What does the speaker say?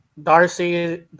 Darcy